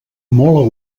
molt